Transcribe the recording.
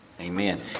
Amen